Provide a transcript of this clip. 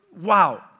wow